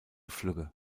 flügge